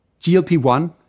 GLP-1